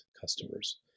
customers